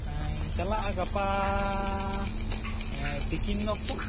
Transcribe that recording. ᱦᱮᱸᱧ ᱪᱟᱞᱟᱜᱼᱟ ᱜᱟᱯᱟ ᱛᱤᱠᱤᱱ ᱚᱠᱛᱚ